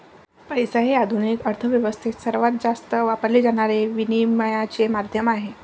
पैसा हे आधुनिक अर्थ व्यवस्थेत सर्वात जास्त वापरले जाणारे विनिमयाचे माध्यम आहे